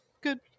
good